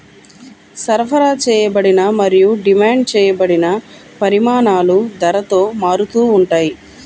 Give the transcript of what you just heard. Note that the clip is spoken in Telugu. సరఫరా చేయబడిన మరియు డిమాండ్ చేయబడిన పరిమాణాలు ధరతో మారుతూ ఉంటాయి